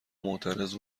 معترض